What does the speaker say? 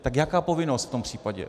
Tak jaká povinnost v tom případě.